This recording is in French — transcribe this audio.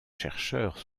chercheurs